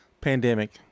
Pandemic